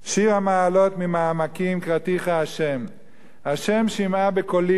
"שיר המעלות ממעמקים קראתיך ה'; ה' שמעה בקולי,